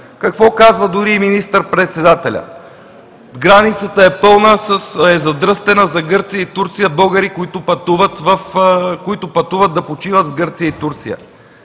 Какво казва дори и министър-председателят? „Границата е задръстена за Гърция и Турция с българи, които пътуват да почиват в Гърция и Турция.“